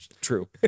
true